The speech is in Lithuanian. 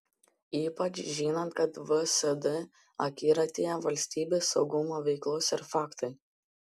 ypač žinant kad vsd akiratyje valstybės saugumo veiklos ir faktai